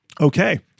okay